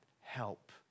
help